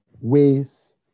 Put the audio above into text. ways